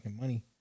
money